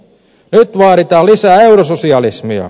nyt vaaditaan lisää eurososialismia